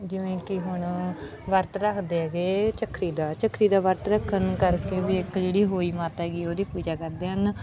ਜਿਵੇਂ ਕਿ ਹੁਣ ਵਰਤ ਰੱਖਦੇ ਹੈਗੇ ਝੱਖਰੀ ਦਾ ਝੱਖਰੀ ਦਾ ਵਰਤ ਰੱਖਣ ਕਰਕੇ ਵੀ ਇੱਕ ਜਿਹੜੀ ਹੋਈ ਮਾਤਾ ਹੈਗੀ ਉਹਦੀ ਪੂਜਾ ਕਰਦੇ ਹਨ